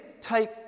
take